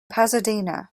pasadena